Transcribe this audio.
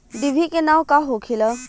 डिभी के नाव का होखेला?